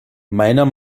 meiner